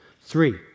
Three